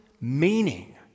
meaning